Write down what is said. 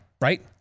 right